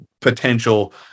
potential